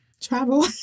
travel